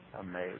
Amazing